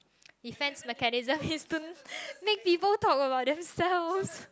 defense mechanism is to make people talk about themselves